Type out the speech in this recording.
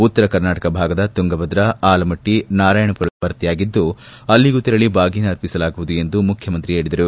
ಉತ್ತರ ಕರ್ನಾಟಕ ಭಾಗದ ತುಂಗಭದ್ರ ಆಲಮಟ್ಟಿ ನಾರಾಯಣಮರ ಜಲಾಶಯಗಳು ಸಪ ಭರ್ತಿಯಾಗಿದ್ದು ಅಲ್ಲಿಗೂ ತೆರಳಿ ಬಾಗಿನ ಅರ್ಪಿಸಲಾಗುವುದು ಎಂದು ಮುಖ್ಯಮಂತ್ರಿ ಹೇಳಿದರು